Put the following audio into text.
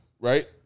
right